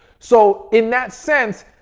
so, in that sense,